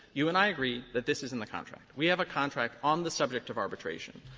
you and i agree that this is in the contract. we have a contract on the subject of arbitration.